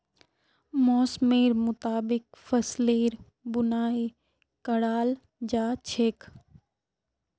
मौसमेर मुताबिक फसलेर बुनाई कराल जा छेक